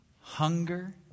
hunger